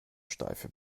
steife